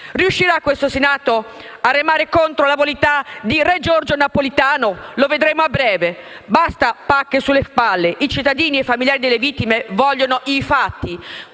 Riuscirà questo Senato a remare contro la volontà di re Giorgio Napolitano? Lo vedremo a breve. Basta pacche sulle spalle. I cittadini e i familiari delle vittime vogliono i fatti.